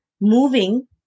Moving